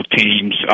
teams